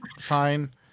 Fine